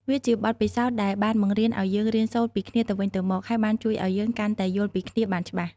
វាជាបទពិសោធន៍ដែលបានបង្រៀនឲ្យយើងរៀនសូត្រពីគ្នាទៅវិញទៅមក ហើយបានជួយឱ្យយើងកាន់តែយល់ពីគ្នាបានច្បាស់។